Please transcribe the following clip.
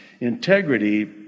Integrity